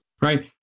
Right